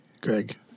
Greg